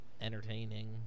entertaining